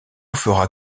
fera